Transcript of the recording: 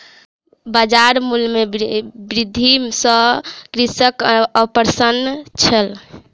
बजार मूल्य में वृद्धि सॅ कृषक अप्रसन्न छल